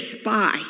spy